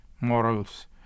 morals